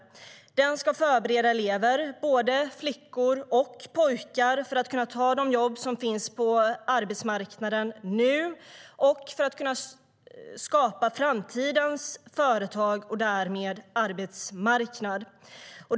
Den ska förbereda elever, både flickor och pojkar, för att kunna ta de jobb som finns på arbetsmarknaden nu och för att kunna skapa framtidens företag och därmed arbetsmarknad.